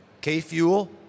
K-Fuel